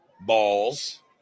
balls